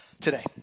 today